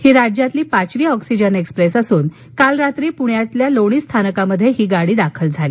ही राज्यातील पाचवी oxygen express असून काल रात्री पुण्यात लोणी स्थानकात ही गाडी दाखल झाली